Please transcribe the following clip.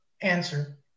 answer